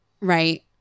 right